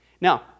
now